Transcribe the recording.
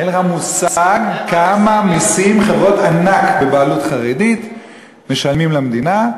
אין לך מושג כמה מסים חברות ענק בבעלות חרדית משלמות למדינה.